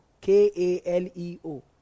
k-a-l-e-o